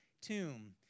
tomb